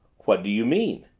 what do you mean?